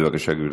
בבקשה, גברתי.